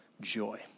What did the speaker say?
joy